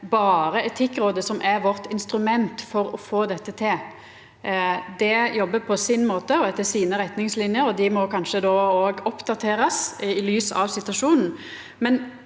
berre Etikkrådet som er vårt instrument for å få til dette? Dei jobbar på sin måte og etter sine retningslinjer, og dei må kanskje oppdaterast i lys av situasjonen.